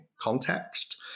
context